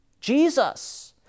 Jesus